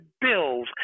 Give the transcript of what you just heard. Bills